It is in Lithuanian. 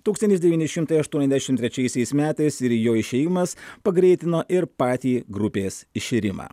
tūkstantis devyni šimtai aštuoniasdešimt trečiaisiais metais ir jo išėjimas pagreitino ir patį grupės iširimą